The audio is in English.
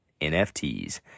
NFTs